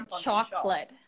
chocolate